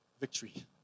victory